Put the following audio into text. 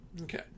Okay